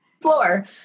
floor